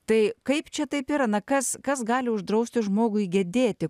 tai kaip čia taip yra na kas kas gali uždrausti žmogui gedėti